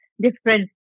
different